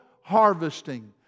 harvesting